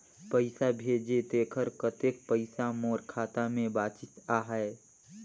पइसा भेजे तेकर कतेक पइसा मोर खाता मे बाचिस आहाय?